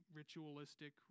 ritualistic